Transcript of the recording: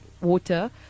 water